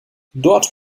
dort